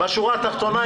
בשורה התחתונה,